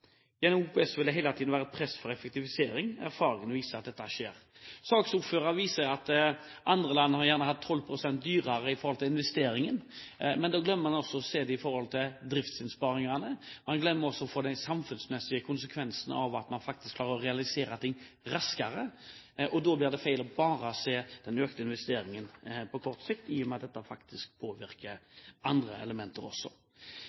Gjennom OPS vil det hele tiden være et press for effektivisering. Erfaringene viser at dette skjer. Saksordføreren viser til at andre land gjerne har hatt 12 pst. dyrere investeringer, men da glemmer man å se det i forhold til driftsinnsparingene. Man glemmer også de samfunnsmessige konsekvensene av at man faktisk klarer å realisere ting raskere. Da blir det feil å bare se den økte investeringen på kort sikt, i og med at dette faktisk påvirker andre elementer også.